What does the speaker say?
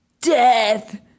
death